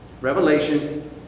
Revelation